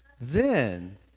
then